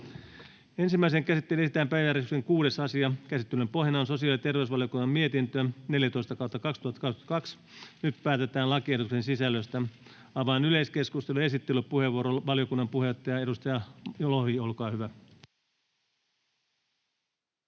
Ensimmäiseen käsittelyyn esitellään päiväjärjestyksen 6. asia. Käsittelyn pohjana on sosiaali‑ ja terveysvaliokunnan mietintö StVM 14/2022 vp. Nyt päätetään lakiehdotuksen sisällöstä. Avaan yleiskeskustelun. — Esittelypuheenvuoro, valiokunnan puheenjohtaja, edustaja Lohi, olkaa hyvä.